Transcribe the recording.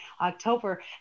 October